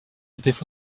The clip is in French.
étaient